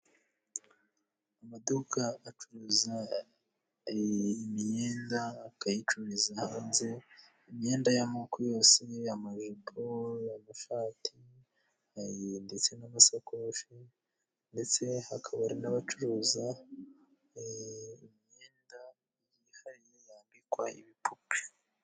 Amaduka acuruza imyenda akayicururiza hanze, imyenda y'amoko yose, amajipo, amashati, ndetse n'amasakoshi, ndetse hakaba hari n'abacuruza imyenda yihariye yambikwa ibipupe.